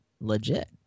legit